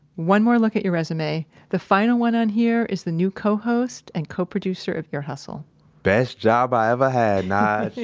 one more look at your resume. the final one on here is the new cohost and co-producer of ear hustle best job i ever had, nige.